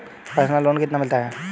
Personal loan कितना मिलता है?